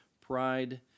Pride